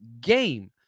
game